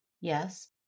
Yes